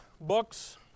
books